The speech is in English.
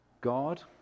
God